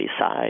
side